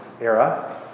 era